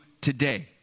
today